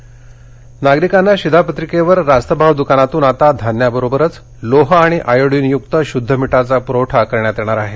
मीठ नागरिकांना शिधापत्रिकेवर रास्त भाव दुकानातून आता धान्याबरोबरच लोह आणि आयोडिनयुक्त शुद्ध मीठाचा प्रवठा करण्यात येणार आहे